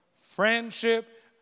friendship